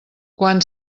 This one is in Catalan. quan